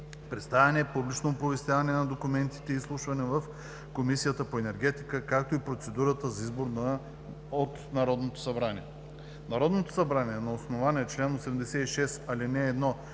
представяне, публично оповестяване на документите и изслушване в Комисията по енергетика, както и процедурата за избор от Народното събрание Народното събрание на основание чл. 86, ал. 1